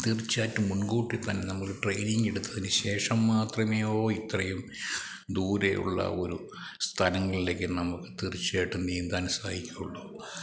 തീർച്ചയായിട്ടും മുൻകൂട്ടിത്തന്നെ നമ്മൾ ട്രെയിനിങ് എടുത്തതിനുശേഷം മാത്രമേ യോ ഇത്രയും ദൂരെയുള്ള ഒരു സ്ഥലങ്ങളിലേക്ക് നമ്മള് തീർച്ചയായിട്ടും നീന്താൻ സാധിക്കുകയുള്ളൂ